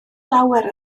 lawer